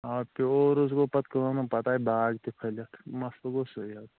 آ پیورُس گوٚو پَتہٕ کٲم پَتہٕ آے باغ تہِ پٔھلِتھ مَسلہٕ گوٚو سُے حظ